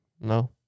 No